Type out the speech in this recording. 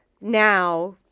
now